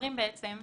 בעצם מדברים